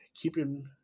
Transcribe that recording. keeping